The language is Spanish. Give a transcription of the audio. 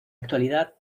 actualidad